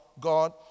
God